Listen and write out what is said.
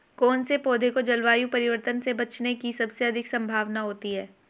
कौन से पौधे को जलवायु परिवर्तन से बचने की सबसे अधिक संभावना होती है?